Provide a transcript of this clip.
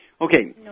Okay